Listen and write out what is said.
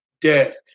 death